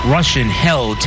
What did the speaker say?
Russian-held